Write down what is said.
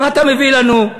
מה אתה מביא לנו?